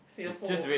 Singapore